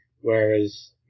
whereas